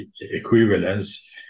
equivalence